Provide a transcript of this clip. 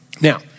Now